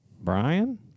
Brian